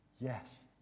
yes